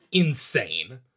insane